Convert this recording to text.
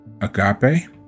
Agape